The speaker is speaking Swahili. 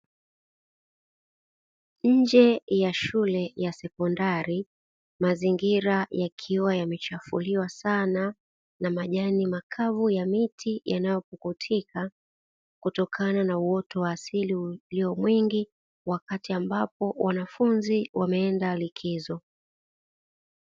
Nje ya shule ya sekondari, mazingira yakiwa yamechafuliwa sana na majani makavu ya miti yanayopukutika, kutokana na uoto wa asili uliomwingi wakati ambapo wanafunzi wameenda likizo.